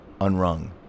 unrung